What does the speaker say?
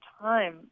time